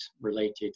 related